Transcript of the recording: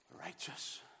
righteous